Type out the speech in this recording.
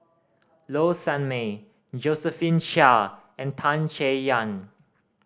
Low Sanmay Josephine Chia and Tan Chay Yan